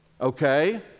Okay